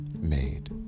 made